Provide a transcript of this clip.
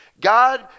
God